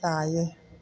जायो